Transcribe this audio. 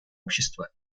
общества